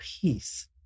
peace